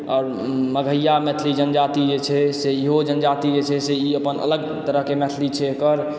आओर मगैया मैथिली जनजाति जे छै से इहो जनजाति से ई अपन अलग तरह के मैथिली छै एकर